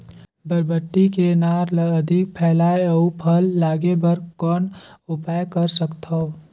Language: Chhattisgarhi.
बरबट्टी के नार ल अधिक फैलाय अउ फल लागे बर कौन उपाय कर सकथव?